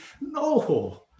No